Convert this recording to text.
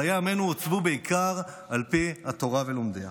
חיי עמנו עוצבו בעיקר על פי התורה ולומדיה.